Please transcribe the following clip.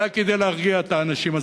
זה היה כדי להרגיע את האנשים.